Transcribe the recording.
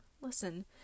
listen